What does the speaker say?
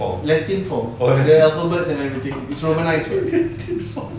latin form latin form